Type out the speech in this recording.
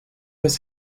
los